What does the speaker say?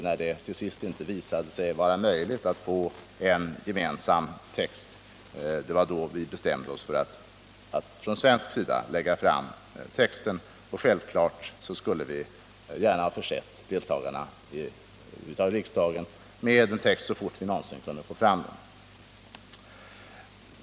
När det till slut visade sig inte vara möjligt att få till stånd någon gemensam text, bestämde vi oss på svensk sida för att lägga fram vår text, som vi självfallet gärna skulle ha försett riksdagens ledamöter med så fort vi någonsin kunde få fram den.